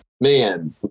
man